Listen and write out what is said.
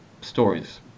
stories